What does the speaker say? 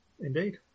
Indeed